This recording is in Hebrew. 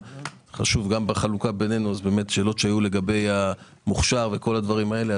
גם בחלוקה בינינו חשוב שלא תשאלו לגבי המוכשר וכל הדברים האלה.